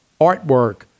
artwork